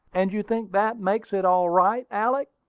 and you think that makes it all right, alick?